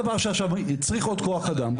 זה דבר שמצריך עוד כוח אדם.